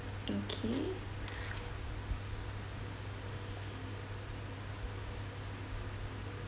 okay